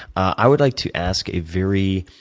i would like to ask a very